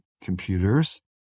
computers